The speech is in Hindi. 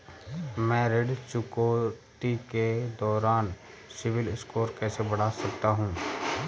मैं ऋण चुकौती के दौरान सिबिल स्कोर कैसे बढ़ा सकता हूं?